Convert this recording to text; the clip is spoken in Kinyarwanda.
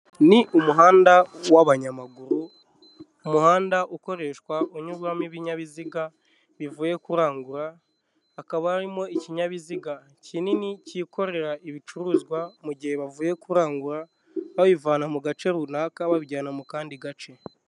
Ni umuhanda w'abanyamaguru, umuhanda ukoreshwa unyurwamo ibinyabiziga bivuye kurangura, hakaba harimo ikinyabiziga kinini kikorera ibicuruzwa, mu gihe bavuye kurangura babivana mu gace runaka babijyana mu kandi gace.